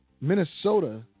Minnesota